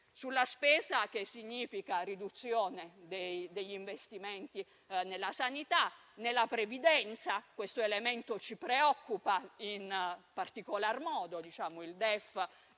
sulla spesa, che significa riduzione degli investimenti nella sanità e nella previdenza e questo elemento ci preoccupa in particolar modo. Il DEF